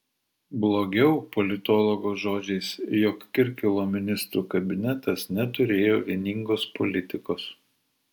blogiau politologo žodžiais jog kirkilo ministrų kabinetas neturėjo vieningos politikos